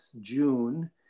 June